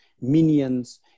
minions